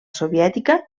soviètica